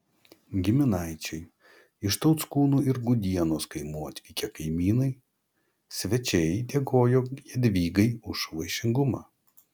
giminaičiai iš tauckūnų ir gudienos kaimų atvykę kaimynai svečiai dėkojo jadvygai už vaišingumą